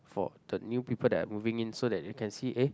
for the new people that are moving in so they can see eh